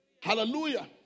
Hallelujah